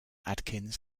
adkins